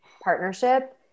partnership